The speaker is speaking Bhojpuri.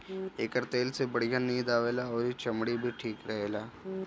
एकर तेल से बढ़िया नींद आवेला अउरी चमड़ी भी ठीक रहेला